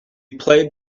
play